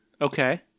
Okay